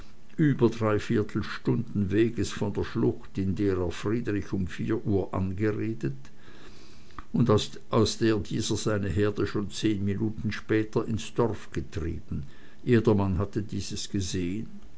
über dreiviertel stunden weges von der schlucht in der er friedrich um vier uhr angeredet und aus der dieser seine herde schon zehn minuten später ins dorf getrieben jedermann hatte dies gesehen